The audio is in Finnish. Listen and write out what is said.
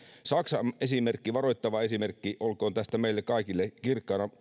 saksa on varoittava esimerkki olkoon mielikuva tästä meille kaikille kirkkaana